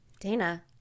dana